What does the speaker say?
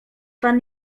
pan